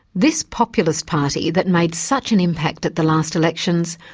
this populist party, that made such an impact at the last elections,